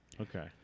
Okay